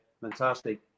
Fantastic